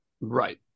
Right